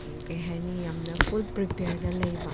ꯀꯩ ꯍꯥꯏꯅꯤ ꯌꯥꯝꯅ ꯐꯨꯜ ꯄ꯭ꯔꯤꯄꯤꯌꯔꯗ ꯂꯩꯕ